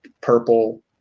purple